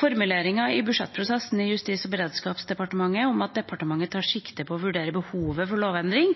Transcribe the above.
Formuleringer i budsjettprosessen i Justis- og beredskapsdepartementet om at departementet tar sikte på å vurdere behovet for lovendring